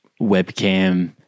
webcam